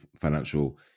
financial